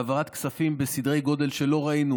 בהעברת כספים בסדרי גודל שלא ראינו